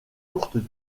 courtes